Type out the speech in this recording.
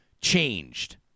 changed